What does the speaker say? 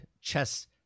chess